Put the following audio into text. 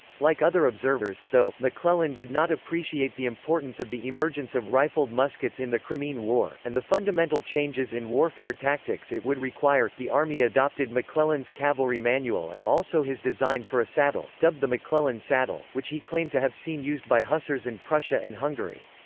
like other observers, though, mcclellan did not appreciate the importance of the emergence of rifled muskets in the crimean war, and the fundamental changes in warfare tactics it would require the army the army adopted mcclellan's cavalry manual and also his design for a saddle, dubbed the mcclellan saddle, which he claimed to have seen used by hussars in prussia and hungary.